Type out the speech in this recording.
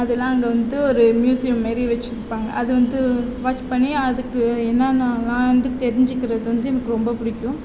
அதெல்லாம் அங்கே வந்து ஒரு மியூஸியம் மாரி வெச்சுருப்பாங்க அது வந்து வாட்ச் பண்ணி அதுக்கு என்னென்னலாம் வந்து தெரிஞ்சுக்கிறது வந்து எனக்கு ரொம்ப பிடிக்கும்